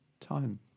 Time